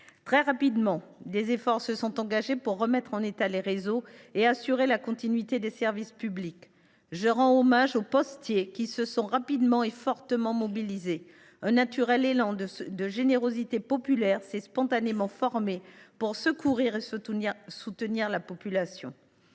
Très rapidement, des efforts ont été engagés pour remettre en état les réseaux et assurer la continuité des services publics. À cet égard, je rends hommage aux postiers, qui se sont rapidement et fortement mobilisés. Un élan de générosité populaire s’est spontanément formé pour secourir et soutenir la population.